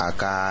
Aka